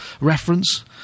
reference